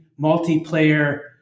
multiplayer